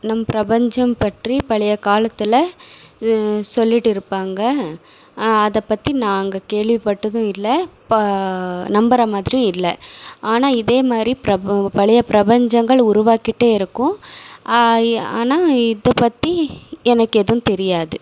நம் பிரபஞ்சம் பற்றி பழையக் காலத்தில் சொல்லிட்டு இருப்பாங்க அதை பற்றி நாங்கள் கேள்விப்பட்டதும் இல்லை ப நம்புறமாதிரியும் இல்லை ஆனால் இதேமாதிரி பிரபோ பழைய பிரபஞ்சங்கள் உருவாக்கிட்டே இருக்கும் ஆகி ஆனால் இதை பற்றி எனக்கெதுவும் தெரியாது